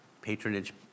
patronage